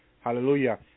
Hallelujah